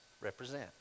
represent